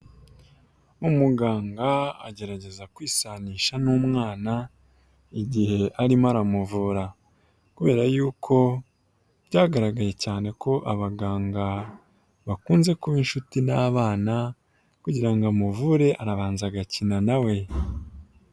Umuganga agerageza kwisanisha n'umwana igihe arimo aramuvura kubera yuko byagaragaye cyane ko abaganga bakunze kuba inshuti n'abana kugira ngo amuvure arabanza agakina na we.